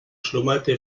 schlummerte